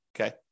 okay